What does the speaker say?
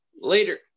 Later